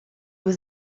was